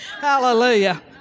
Hallelujah